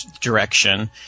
direction